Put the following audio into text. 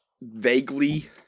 vaguely